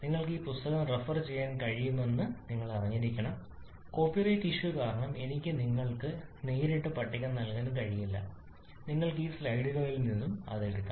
നിങ്ങൾക്ക് ആ പുസ്തകം റഫർ ചെയ്യാൻ കഴിയുമെന്ന് നിങ്ങൾ അറിഞ്ഞിരിക്കണം കോപ്പി റൈറ്റ് ഇഷ്യു കാരണം എനിക്ക് നിങ്ങൾക്ക് നേരിട്ട് പട്ടിക നൽകാൻ കഴിയില്ല നിങ്ങൾക്ക് ഇത് സ്ലൈഡുകളിൽ നിന്ന് എടുക്കാം